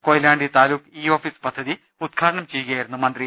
Koyilandy taluk e office പദ്ധതി ഉദ്ഘാടനം ചെയ്യുകയായിരു ന്നു മന്ത്രി